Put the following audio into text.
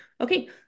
okay